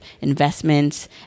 investments